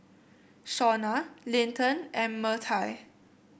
Shauna Linton and Myrtie